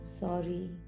sorry